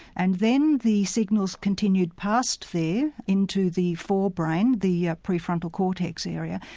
and then the signals continued past there into the forebrain, the prefrontal cortex area,